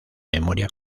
memoria